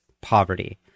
poverty